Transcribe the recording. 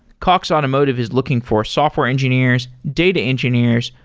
cox automotive is looking for software engineers, data engineers,